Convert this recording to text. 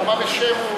למה בשם?